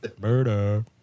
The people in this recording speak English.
murder